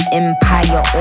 empire